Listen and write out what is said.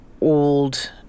old